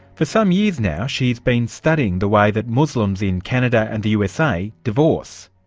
for some years now she's been studying the way that muslims in canada and the usa divorce.